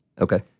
Okay